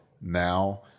now